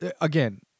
Again